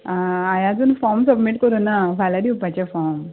आं हांयें आजून फॉम सबमीट करुना फाल्यां दिवपाचें फॉम